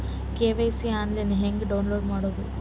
KYC online ಹೆಂಗ್ download ಮಾಡೋದು?